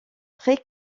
très